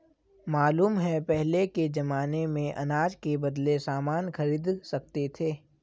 मालूम है पहले के जमाने में अनाज के बदले सामान खरीद सकते थे